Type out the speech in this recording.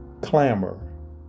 clamor